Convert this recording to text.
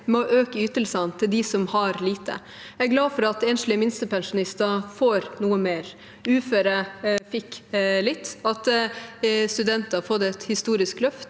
med å øke ytelsene til dem som har lite. Jeg er glad for at enslige minstepensjonister får noe mer, at uføre fikk litt, at studenter har fått et historisk løft,